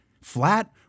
flat